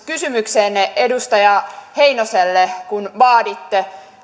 kysymykseen edustaja heinoselle kun vaaditte